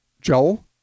Joel